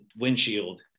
windshield